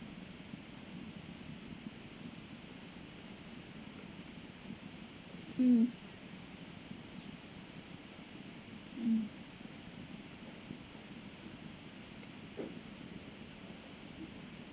mm mm